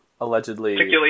allegedly